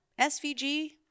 SVG